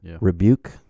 rebuke